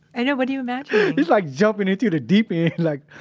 i know. what do you imagine? it's like jumping into the deep yeah like